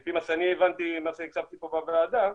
לפי מה שהבנתי ממה שהקשבתי פה בוועדה,